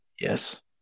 Yes